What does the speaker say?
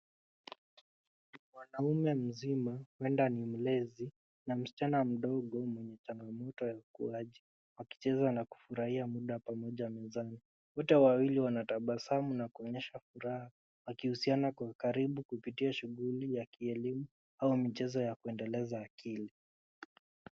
Mwanamume mzima, huenda ni mlezi, na msichana mdogo mwenye changamoto ya ukuaji wakichza na kufurahia muda pamoja mezani. Wote wawili wanatabasamu na kuonyesha furaha wakihusiana kwa karibu kupitia shughuli za kielimu au michezo ya kuendeleza akili.